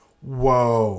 Whoa